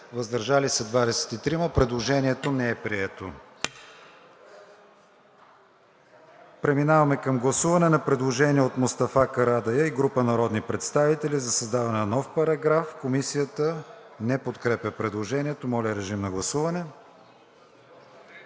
въздържали се 23. Предложението не е прието. Преминаваме към гласуване на предложението от Мустафа Карадайъ и група народни представители за създаване на нов параграф – Комисията не подкрепя предложението. Гласували